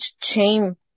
shame